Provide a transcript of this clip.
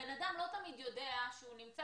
הבן אדם לא תמיד יודע שהוא נמצא